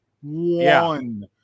One